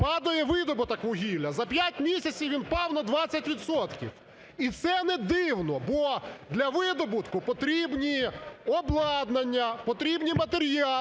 падає видобуток вугілля. За п'ять місяців він упав на 20 відсотків. І це не дивно, бо для видобутку потрібні обладнання, потрібні матеріали,